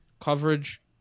coverage